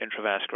intravascular